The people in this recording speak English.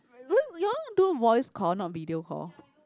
will you all do voice call not video call